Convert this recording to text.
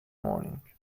morning